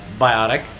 Biotic